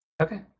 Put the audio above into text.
Okay